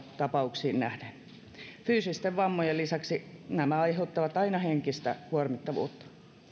tapauksiin nähden erittäin harvoin fyysisten vammojen lisäksi nämä aiheuttavat aina henkistä kuormittavuutta